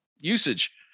usage